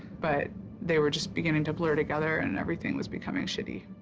but they were just begining to blur together and everything was becoming shitty.